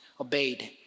obeyed